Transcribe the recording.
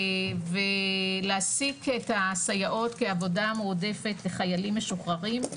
ולהעסיק את הסייעות כעבודה מועדפת לחיילים משוחררים,